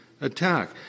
attack